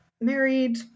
married